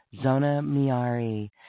Zonamiari